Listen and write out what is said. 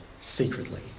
secretly